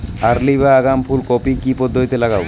Early বা আগাম ফুল কপি কি পদ্ধতিতে লাগাবো?